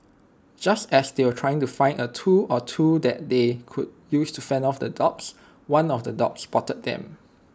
just as they were trying to find A tool or two that they could use to fend off the dogs one of the dogs spotted them